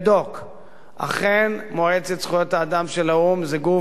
אכן מועצת זכויות האדם של האו"ם זה גוף מוטה,